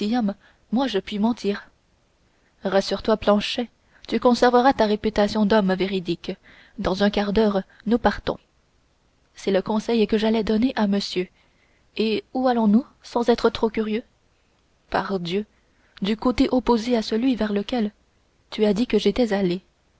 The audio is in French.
moi je puis mentir rassure-toi planchet tu conserveras ta réputation d'homme véridique dans un quart d'heure nous partons c'est le conseil que j'allais donner à monsieur et où allonsnous sans être trop curieux pardieu du côté opposé à celui vers lequel tu as dit que j'étais